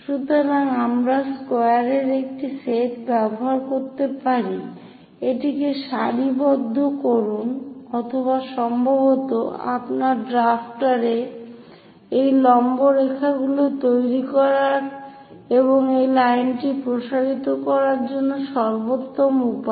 সুতরাং আমরা স্কোয়ারের একটি সেট ব্যবহার করতে পারি এটিকে সারিবদ্ধ করুন অথবা সম্ভবত আপনার ড্রাফটার এই লম্বরেখাগুলি তৈরি করার এবং এই লাইনটি প্রসারিত করার সর্বোত্তম উপায়